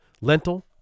Lentil